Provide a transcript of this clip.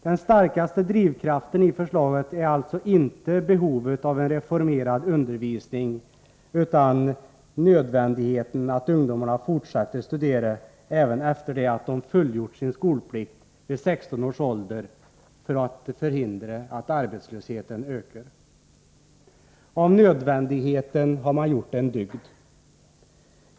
Den starkaste drivkraften bakom förslaget är alltså inte behovet av en reformerad undervisning, utan nödvändigheten av att ungdomarna fortsätter studera, även efter det att de fullgjort sin skolplikt vid 16 års ålder, för att förhindra att arbetslösheten ökar. Av nödvändigheten har man gjort en dygd.